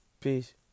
Peace